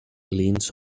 leans